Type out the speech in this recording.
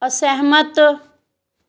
ਅਸਹਿਮਤ